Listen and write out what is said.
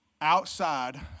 Outside